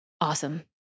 Awesome